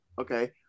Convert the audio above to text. okay